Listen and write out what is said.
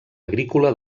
agrícola